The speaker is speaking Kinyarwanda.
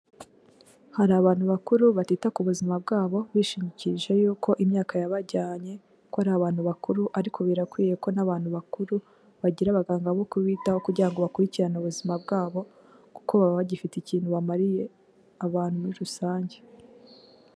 Hari abantu bakuru batita ku buzima bwabo bishingikirije y'uko imyaka yabajyanye ko ari abantu bakuru ariko birakwiye ko n'abantu bakuru bagira abaganga bo kubitaho kugira ngo bakurikirane ubuzima bwabo, kuko baba bagifite ikintu bamariye abantu muri rusange.